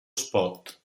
spot